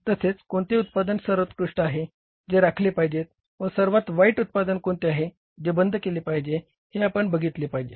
तसेच कोणते उत्पादन सर्वोत्कृष्ट आहे जे राखले पाहिजे व सर्वात वाईट उत्पादन कोणते आहे जे बंद केले पाहिजे हे आपण बघितले पाहिजे